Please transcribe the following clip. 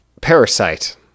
Parasite